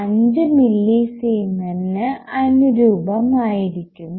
5 millisiemens അനുരൂപമായിരിക്കുന്നു